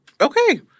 Okay